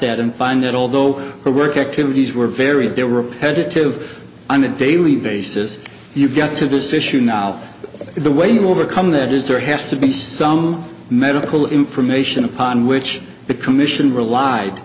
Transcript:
that and find it all go to work activities were very there repetitive i'm a daily basis you get to this issue now the way to overcome that is there has to be some medical information upon which the commission relied